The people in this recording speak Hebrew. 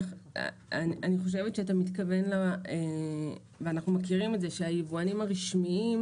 אני חושבת שאתה מתכוון ואנחנו מכירים את זה שהיבואנים הרשמיים